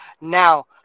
Now